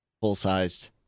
full-sized